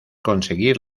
conseguir